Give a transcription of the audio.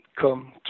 come